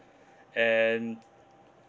and